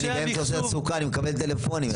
אני באמצע בניית סוכה אני מקבל טלפונים.